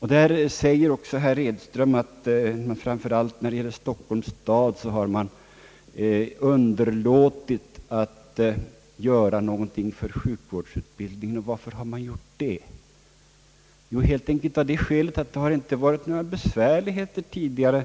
Herr Edström säger också att framför allt Stockholms stad har underlåtit att göra något för sjukvårdsutbildningen. Varför har man gjort det? Helt enkelt av det skälet att det inte för dem varit några besvärligheter tidigare.